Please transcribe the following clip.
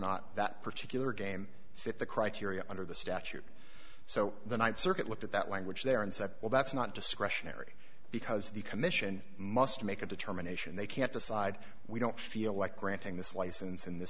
not that particular game fit the criteria under the statute so the ninth circuit looked at that language there and said well that's not discretionary because the commission must make a determination they can't decide we don't feel like granting this license in th